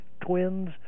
twins